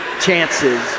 chances